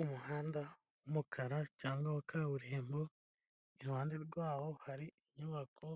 Umuhanda w'umukara cyangwa wa kaburimbo, iruhande rwawo hari inyubako